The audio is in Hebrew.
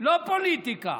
לא פוליטיקה.